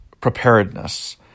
preparedness